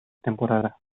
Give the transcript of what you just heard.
temporada